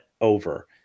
over